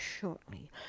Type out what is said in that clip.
shortly